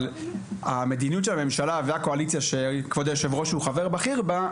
אבל המדיניות של הממשלה והקואליציה שכבוד היושב ראש הוא חבר בכיר בה,